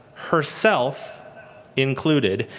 herself included,